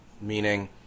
Meaning